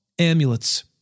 amulets